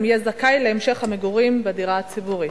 יהיה זכאי להמשך המגורים בדירה הציבורית.